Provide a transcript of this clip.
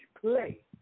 play